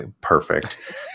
perfect